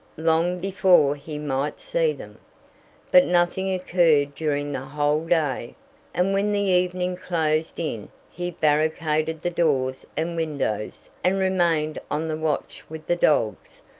long before he might see them but nothing occurred during the whole day and when the evening closed in he barricaded the doors and windows, and remained on the watch with the dogs,